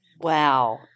Wow